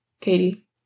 Katie